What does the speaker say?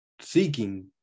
seeking